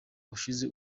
ushize